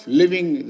living